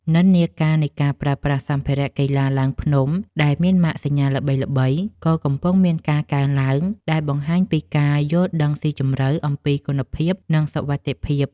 និន្នាការនៃការប្រើប្រាស់សម្ភារៈកីឡាឡើងភ្នំដែលមានម៉ាកសញ្ញាល្បីៗ ក៏កំពុងមានការកើនឡើងដែលបង្ហាញពីការយល់ដឹងស៊ីជម្រៅអំពីគុណភាព និងសុវត្ថិភាព។